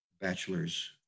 bachelor's